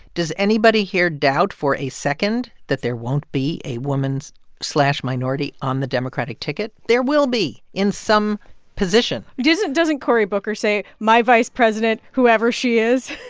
does anybody here doubt for a second that there won't be a woman minority on the democratic ticket? there will be in some position doesn't doesn't cory booker say, my vice president, whoever she is?